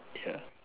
ya